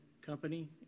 company